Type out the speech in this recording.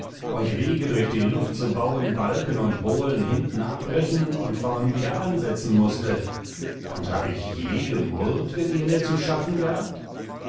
euch wege durch die luft zu bauen balken und bohlen hinten abbrechen und vorn wieder ansetzen muste und hab ich je gemurrt wenn ihr mir zu schaffen gabt